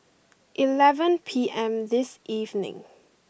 eleven P M this evening